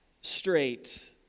straight